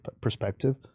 perspective